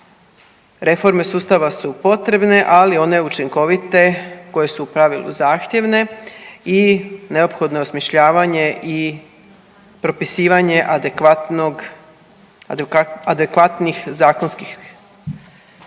Reforme sustava su potrebne, ali one učinkovite koje su u pravilu zahtjevne i neophodno je osmišljavanje i propisivanje adekvatnog, adekvatnih